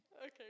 Okay